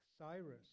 Cyrus